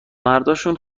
مرداشون